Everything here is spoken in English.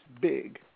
big